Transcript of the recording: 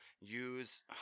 use